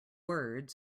word